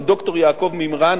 וד"ר יעקב מימרן,